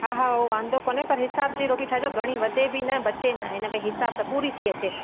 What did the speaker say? हा हा उहो वांदो कोन्हे पर हिसाब जी रोटी ठाहिजो घणी वधे बि न बचे न ए न भई हिसाब सां पूरी थी अचे